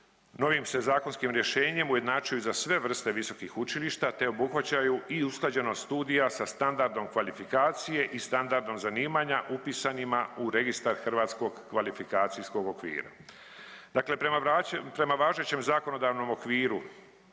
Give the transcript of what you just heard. novim se zakonskim rješenjem ujednačuju za sve vrste visokih učilišta te obuhvaćaju i usklađenost studija sa standardom kvalifikacije i standardom zanimanja upisanima u registar Hrvatskog kvalifikacijskog okvira. Dakle prema važećem zakonodavnom okviru,